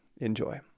enjoy